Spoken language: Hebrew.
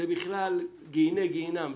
זה בכלל גיהני גיהנום.